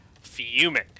fuming